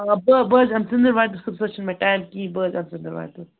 آ بہٕ بہٕ حظ یِمہٕ ژٔنٛدٕروارِ دۄہ صُبحَس حظ چھُنہٕ مےٚ ٹایم کِہیٖنۍ بہٕ حظ یِمہٕ ژٔندٕروارِ دۄہ